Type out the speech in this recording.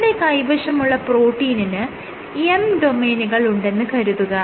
നിങ്ങളുടെ കൈവശമുള്ള പ്രോട്ടീനിന് M ഡൊമെയ്നുകൾ ഉണ്ടെന്ന് കരുതുക